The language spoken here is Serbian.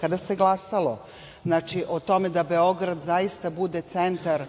Kada se glasalo o tome da Beograd bude centar